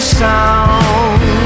sound